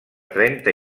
trenta